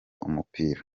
umupira